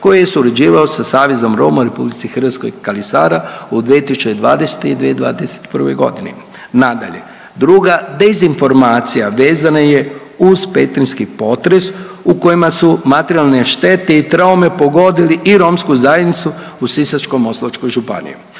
koji je surađivao sa Savezom Roma u RH Kali Sara u 2020. i 2021. g. Nadalje, druga dezinformacija vezana je uz petrinjski potres u kojima su materijalne štete i traume pogodili i romsku zajednicu u Sisačko-moslavačku županiju.